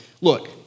Look